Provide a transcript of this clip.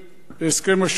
בהסכם השלום.